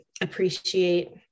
appreciate